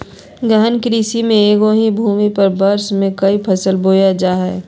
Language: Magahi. गहन कृषि में एगो ही भूमि पर वर्ष में क़ई फसल बोयल जा हइ